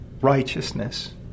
Righteousness